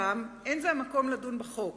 לא זה המקום לדון בחוק,